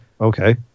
okay